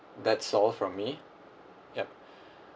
that's all from me yup